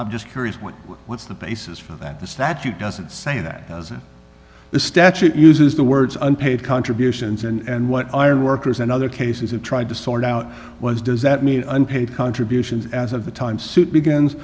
i'm just curious what what's the basis for that the statute doesn't say that the statute uses the words unpaid contributions and what ironworkers and other cases have tried to sort out was does that mean unpaid contributions as of the time suit begins